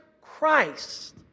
Christ